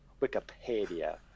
wikipedia